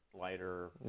lighter